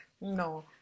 no